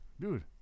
Dude